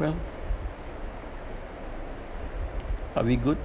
well are we good